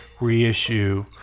reissue